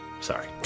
Sorry